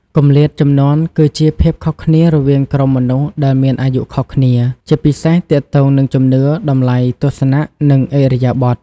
គម្លាតជំនាន់គឺជាភាពខុសគ្នារវាងក្រុមមនុស្សដែលមានអាយុខុសគ្នា ជាពិសេសទាក់ទងនឹងជំនឿ តម្លៃ ទស្សនៈ និងឥរិយាបទ។